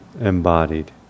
embodied